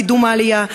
קידום העלייה.